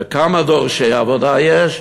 וכמה דורשי עבודה יש?